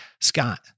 scott